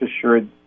assured